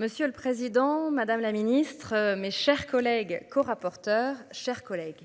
Monsieur le président, madame la ministre, mes chers collègues co-rapporteurs chers collègues.